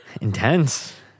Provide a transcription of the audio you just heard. intense